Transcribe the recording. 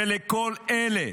ולכל אלה